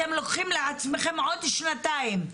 אתם לוקחים לעצמכם עוד שנתיים,